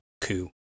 coup